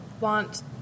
want